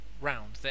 round